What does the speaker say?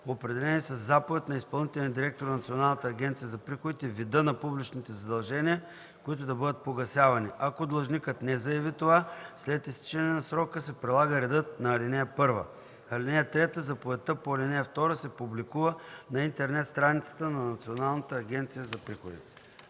определени със заповед на изпълнителния директор на Националната агенция за приходите, вида на публичните задължения, които да бъдат погасявани. Ако длъжникът не заяви това, след изтичане на срока се прилага редът на ал. 1. (3) Заповедта по ал. 2 се публикува на интернет страницата на Националната агенция за приходите.”